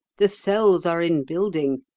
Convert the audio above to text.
the cells are in building.